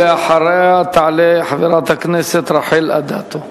ואחריה תעלה חברת הכנסת רחל אדטו.